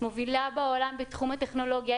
מובילה בעולם בתחום הטכנולוגיה,